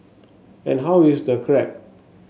and how is the crab